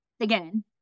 again